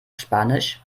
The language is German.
spanisch